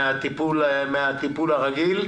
מהטיפול הרגיל?